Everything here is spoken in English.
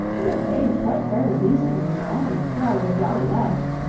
you get paid quite fairly decently, you know, and it's rather a jolly life.